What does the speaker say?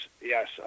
yes